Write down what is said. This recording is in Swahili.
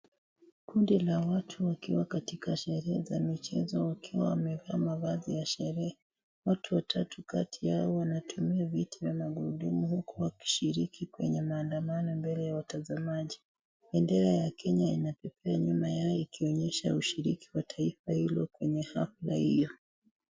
Kundi la watu wakiwa katika sherehe za michezo wakiwa wamevaa mavazi ya sherehe . Watu watatu kati yao wanatumia viti vya magurudumu huku wakishiriki kwenye maandamano mbele ya watazamaji . Bendera ya Kenya imepepea nyuma yao ikionyesha ushiriki wa taifa hilo kwenye hafla hiyo.